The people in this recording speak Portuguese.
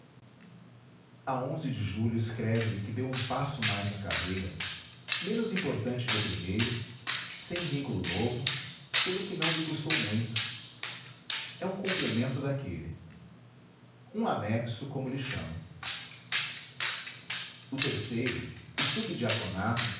a de de julho escreve lhe que deu um passo mais na carreira menos importante que o primeiro sem vínculo novo pelo que não lhe custou muito é um complemento daquele um anexo como lhe chama o terceiro o